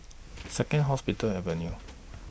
Second Hospital Avenue